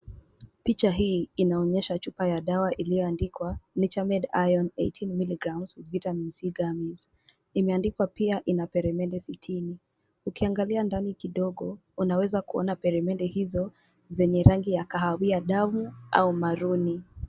Picha hii inaonyesha chupa ya dawa iliyoandikwa nature mate iron 18mg vitamin c gummies imeandikwa pia ina peremende sitini, ukiangalia ndani kidogo unaweza kuona peremende hizo zenye rangi ya kahawia damu au maruni.